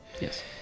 Yes